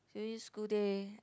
finish school day